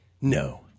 No